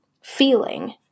feeling